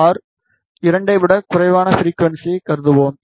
R 2 VSWR2 ஃபிரிக்குவன்ஸிகளைக் கருதுகிறோம்